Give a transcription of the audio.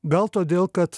gal todėl kad